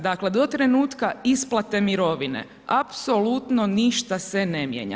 Dakle, do trenutka isplate mirovine apsolutno ništa se ne mijenja.